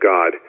God